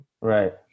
right